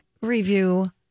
review